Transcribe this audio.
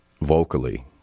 vocally